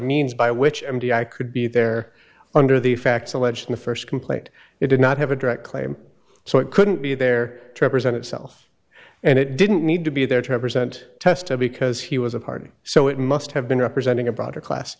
means by which m d i could be there under the facts alleged in the first complaint it did not have a direct claim so it couldn't be there to represent itself and it didn't need to be there to represent tested because he was a party so it must have been representing a broader class